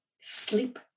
sleep